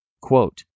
quote